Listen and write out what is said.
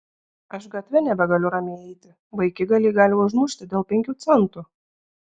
aš gatve nebegaliu ramiai eiti vaikigaliai gali užmušti dėl penkių centų